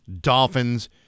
Dolphins